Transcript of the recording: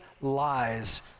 lies